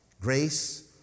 grace